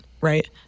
right